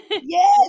Yes